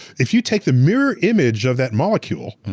if you take the mirrored image of that molecule,